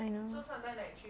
mm